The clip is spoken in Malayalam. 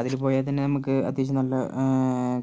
അതിൽ പോയാൽ തന്നെ നമുക്ക് അത്യാവശ്യം നല്ല